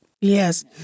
Yes